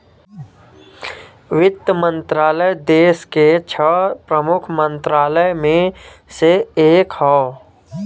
वित्त मंत्रालय देस के छह प्रमुख मंत्रालय में से एक हौ